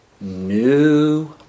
new